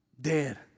dead